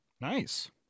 Nice